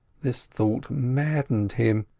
this thought maddened him.